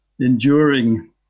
enduring